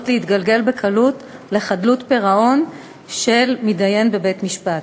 להתגלגל בקלות לחדלות פירעון של מתדיין בבית-משפט,